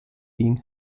ging